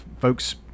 folks